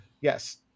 Yes